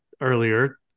earlier